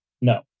No